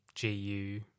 GU